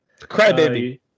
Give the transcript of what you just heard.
Crybaby